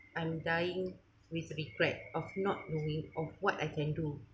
I'm dying with regret of not knowing of what I can do